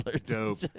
Dope